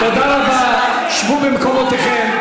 תודה רבה, שבו במקומותיכם.